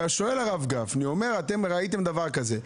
שואל הרב גפני: אתם ראיתם דבר כזה.